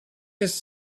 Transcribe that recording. his